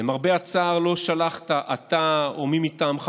למרבה הצער לא שלחת אתה או מי מטעמך